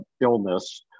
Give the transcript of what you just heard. illness